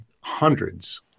hundreds